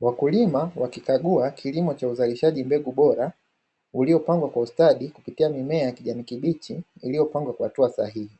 Wakulima wakikagua kilimo cha uzalishaji mbegu bora uliopangwa kwa ustadi kupitia mimea ya kijani kibichi iliyopangwa kwa hatua sahihi,